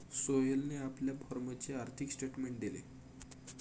सोहेलने आपल्या फॉर्मचे आर्थिक स्टेटमेंट दिले